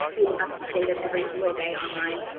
being updated every single day online,